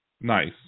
Nice